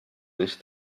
mich